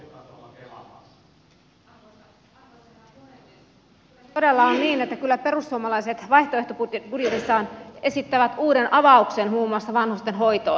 todella on niin että kyllä perussuomalaiset vaihtoehtobudjetissaan esittävät uuden avauksen muun muassa vanhusten hoitoon